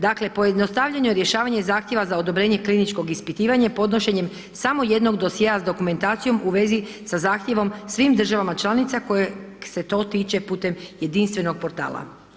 Dakle pojednostavljeno je rješavanje zahtjeva za odobrenje kliničkog ispitivanja podnošenje samo jednog dosjea s dokumentacijom u vezi sa zahtjevom svih državama članica kojih se to tiče putem jedinstvenog portala.